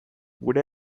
gure